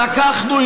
לקחנו,